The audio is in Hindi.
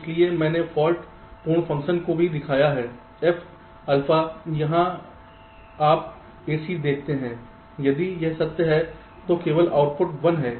इसलिए मैंने फाल्ट पूर्ण फ़ंक्शन को भी दिखाया है f अल्फ़ा जहाँ आप केवल ac देखते हैं यदि यह सत्य है तो केवल आउटपुट 1 है